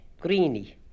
Greeny